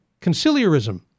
Conciliarism